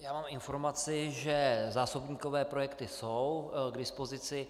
Já mám informaci, že zásobníkové projekty jsou k dispozici.